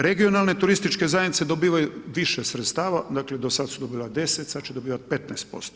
Regionalne turističke zajednice dobivaju više sredstava, dakle do sad su dobivale 10, sad će dobivati 15%